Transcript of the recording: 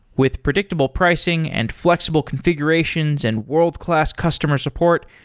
with predictable pricing, and flexible configurations, and world-class customer support,